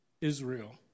Israel